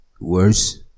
worse